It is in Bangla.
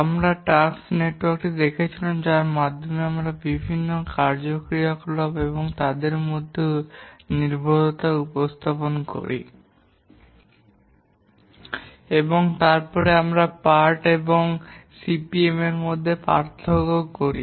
আমরা টাস্ক নেটওয়ার্কটি দেখেছিলাম যার মাধ্যমে আমরা বিভিন্ন কার্য বা ক্রিয়াকলাপ এবং তাদের মধ্যে নির্ভরতা উপস্থাপন করি এবং তারপরে আমরা পার্ট এবং সিপিএম এর মধ্যে পার্থক্য করি